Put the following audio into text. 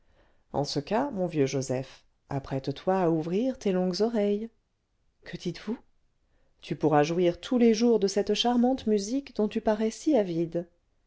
en ce cas mon vieux joseph apprête-toi à ouvrir tes longues oreilles que dites-vous tu pourras jouir tous les jours de cette charmante musique dont tu parais si avide